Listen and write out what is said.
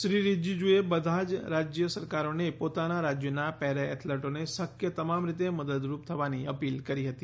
શ્રી રીજીજૂએ બધી જ રાજ્ય સરકારોને પોતાના રાજ્યોના પેરા એથ્લેટોને શક્ય તમામ રીતે મદદરૂપ થવાની અપીલ કરી હતી